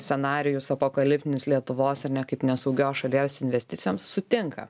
scenarijus apokaliptinius lietuvos ir ne kaip nesaugios šalies investicijoms sutinka